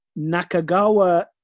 Nakagawa